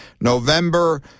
November